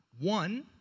One